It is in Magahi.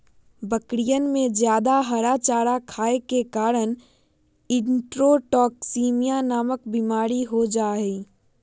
बकरियन में जादा हरा चारा खाये के कारण इंट्रोटॉक्सिमिया नामक बिमारी हो जाहई